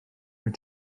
wyt